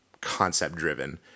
concept-driven